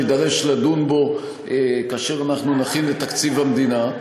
נידרש לדון כאשר נכין את תקציב המדינה,